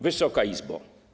Wysoka Izbo!